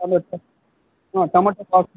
ಹಾಂ ಟಮಾಟೆ ಬಾ